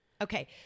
Okay